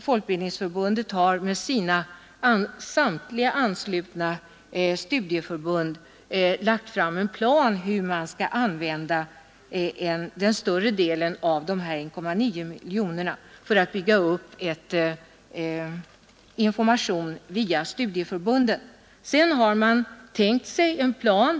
Folkbildningsförbundet har med sina samtliga anslutna studieförbund lagt fram en plan över hur man skall fördela den större delen av beloppet 1,9 miljoner kronor för att bygga upp information via studieförbunden, nämligen 1,1 miljoner kronor.